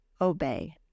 obey